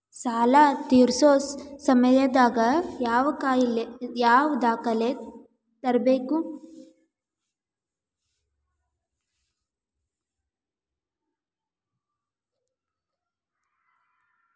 ಸಾಲಾ ತೇರ್ಸೋ ಸಮಯದಾಗ ಯಾವ ದಾಖಲೆ ತರ್ಬೇಕು?